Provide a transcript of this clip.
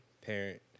parent